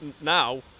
now